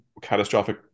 Catastrophic